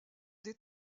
des